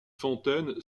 fontaine